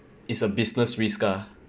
it's a business risk lah